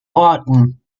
orten